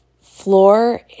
floor